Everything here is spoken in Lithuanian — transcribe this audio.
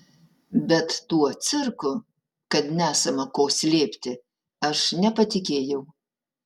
bet tuo cirku kad nesama ko slėpti aš nepatikėjau